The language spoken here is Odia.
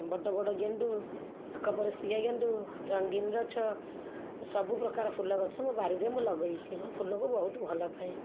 ବଡ଼ ବଡ଼ ଗେଣ୍ଡୁ ଏକପରସ୍ତିଆ ଗେଣ୍ଡୁ ରଙ୍ଗୀନ ଗଛ ସବୁ ପ୍ରକାର ଫୁଲ ଗଛ ମୋ ବାଡ଼ିରେ ମୁଁ ଲଗାଇଛି ମୁଁ ଫୁଲକୁ ବହୁତ ଭଲ ପାଏ